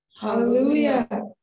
Hallelujah